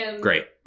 great